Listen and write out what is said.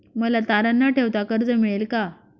मला तारण न ठेवता कर्ज मिळेल का?